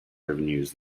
revenues